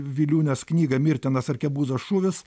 viliūnės knygą mirtinas arkebuzos šūvis